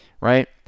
Right